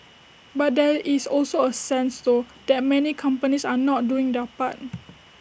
but there is also A sense though that many companies are not doing their part